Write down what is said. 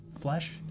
flesh